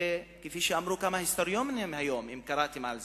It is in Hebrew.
כפי שאמרו כמה היסטוריונים היום אם קראתם על זה,